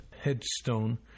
headstone